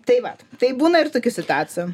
tai vat tai būna ir tokių situacijų